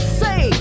say